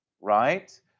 right